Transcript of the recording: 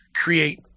create